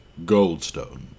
Goldstone